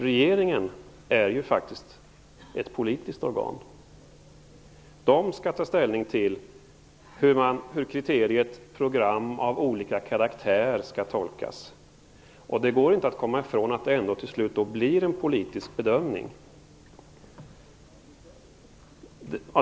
Regeringen är ju faktiskt ett politiskt organ. Den skall ta ställning till hur kriteriet program av olika karaktär skall tolkas. Det går inte att komma ifrån att det till slut blir en politisk bedömning.